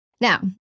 Now